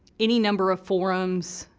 any number of forums.